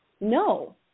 No